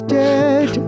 dead